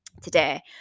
today